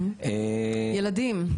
מה לגבי ילדים?